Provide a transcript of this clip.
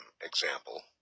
example